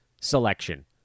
selection